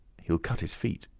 he'll cut his feet.